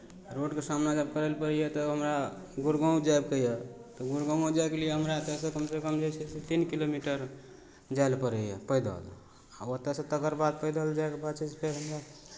रोडके सामना जब करय लए पड़ैए तब हमरा गुड़गाँव जायके यए तऽ तऽ गुड़गाँवो जायके लिए हमरा एतयसँ कमसँ कम जे छै से तीन किलोमीटर जाय लए पड़ैए पैदल आ ओतयसँ तकर बाद पैदल जायके बाद छै से फेर हमरा